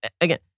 Again